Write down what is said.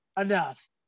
Enough